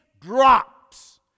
drops